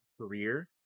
career